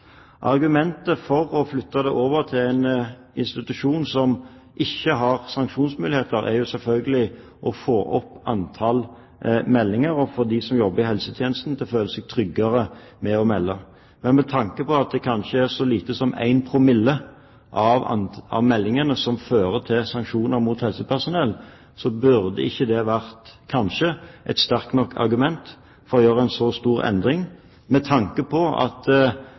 Argumentet for å flytte det over til en institusjon som ikke har sanksjonsmuligheter, er selvfølgelig å få opp antallet meldinger, og at de som jobber i helsetjenesten, skal føle seg tryggere ved å melde. Med tanke på at det kanskje er så lite som 1 promille av meldingene som fører til sanksjoner mot helsepersonell, burde ikke det vært – kanskje – et sterkt nok argument for å gjøre en så stor endring, med tanke på at